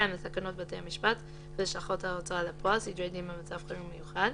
לתקנות בתי המשפט ולשכות ההוצאה לפועל (סדרי דין במצב חירום מיוחד),